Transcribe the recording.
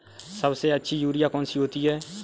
सबसे अच्छी यूरिया कौन सी होती है?